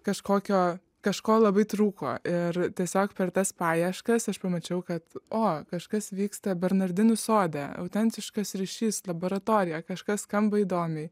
kažkokio kažko labai trūko ir tiesiog per tas paieškas aš pamačiau kad o kažkas vyksta bernardinų sode autentiškas ryšys laboratorija kažkas skamba įdomiai